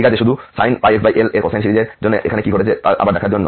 ঠিক আছে শুধু sin πxl এর কোসাইন সিরিজের জন্য এখানে কি ঘটছে তা আবার দেখার জন্য